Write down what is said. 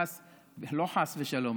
חס לא חס ושלום,